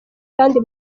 kandi